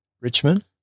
Richmond